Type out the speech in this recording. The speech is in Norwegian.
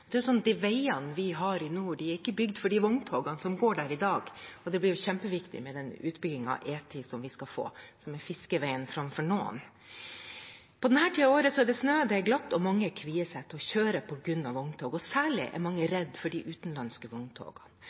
De veiene vi har i nord, er ikke bygd for de vogntogene som går der i dag. Det blir kjempeviktig med den utbyggingen som vi skal få av E10, som er «fiskeveien» framfor noen. På denne tiden av året er det snø, det er glatt, og mange kvier seg for å kjøre på grunn av vogntogene. Mange er særlig redde for de mange utenlandske vogntogene.